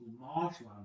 marshland